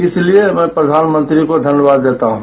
इसलिए मैं प्रधानमंत्री को धन्यवाद देता हूं